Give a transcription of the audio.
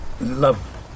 Love